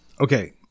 Okay